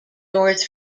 north